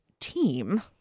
team